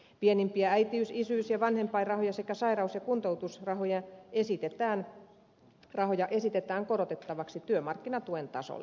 pienimpiä äitiys isyys ja vanhempainrahoja sekä sairaus ja kuntoutusrahoja esitetään korotettavaksi työmarkkinatuen tasolle